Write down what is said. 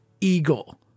Eagle